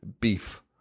beef